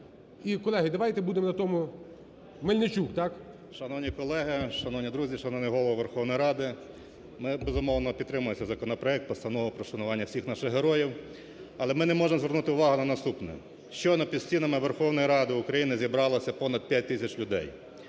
і колеги, давайте будемо на тому… Мельничук, так. 12:59:46 БАТЕНКО Т.І. Шановні колеги, шановні друзі, шановний Голово Верховної Ради! Ми, безумовно, підтримуємо цей проект постанови про вшанування всіх наших героїв. Але ми не можемо звернути увагу на наступне. Щойно під стінами Верховної Ради України зібралося понад 5 тисяч людей.